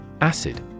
Acid